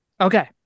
Okay